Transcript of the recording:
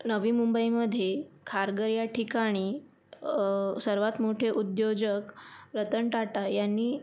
नवी मुंबईमधे खारघर ह्या ठिकाणी सर्वात मोठे उद्योजक रतन टाटा यांनी